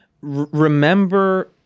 Remember